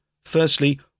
Firstly